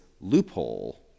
loophole